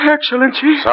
Excellency